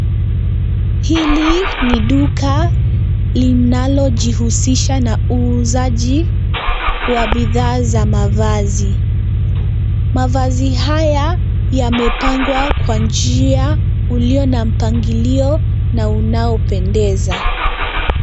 Hili ni duka linalo jihusisha na uuzaji wa bidhaa za mavazi. Mavazi haya yamepangwa kwa njia ulio na mpangilio na unao pendeza.